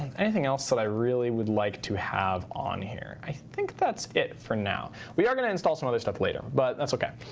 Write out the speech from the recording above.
and anything else that i really would like to have on here? i think that's it for now. we are going to install some other stuff later. but that's ok.